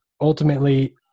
ultimately